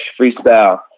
freestyle